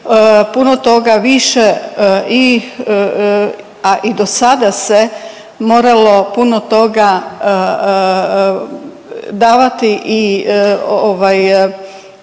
puno toga više i, a i do sada se moralo puno toga davati i